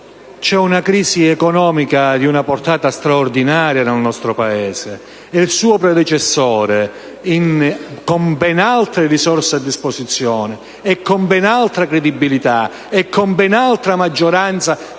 atto una crisi economica di una portata straordinaria nel nostro Paese e che il suo predecessore, con ben altre risorse a disposizione, con ben altra credibilità e maggioranza